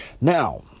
Now